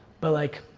but like,